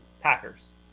Packers